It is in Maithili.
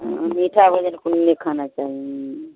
मीठा भोजन कोनो नहि खाना चाही हूँ